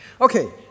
Okay